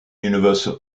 universal